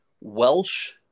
Welsh